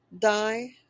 die